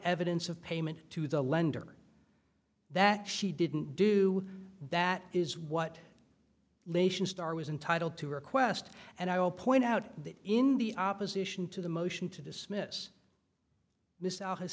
evidence of payment to the lender that she didn't do that is what lation starr was entitled to request and i will point out that in the opposition to the motion to dismiss miss out his